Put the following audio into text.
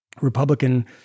Republican